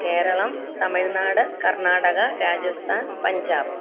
Keralam Tamil Nadu Karnataka Rajasthan Punjab